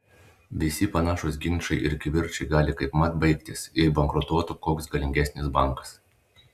visi panašūs ginčai ir kivirčai gali kaipmat baigtis jei bankrutuotų koks galingesnis bankas